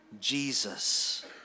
Jesus